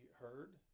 heard